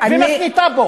יש גבול.